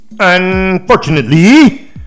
Unfortunately